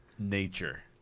Nature